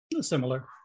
Similar